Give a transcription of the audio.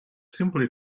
simply